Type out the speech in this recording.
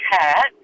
cat